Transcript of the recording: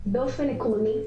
באופן עקרוני,